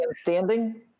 standing